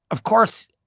of course,